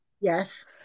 yes